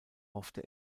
hoffte